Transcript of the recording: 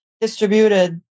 distributed